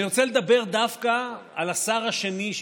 אני רוצה לדבר דווקא על השר השני שהתנגד,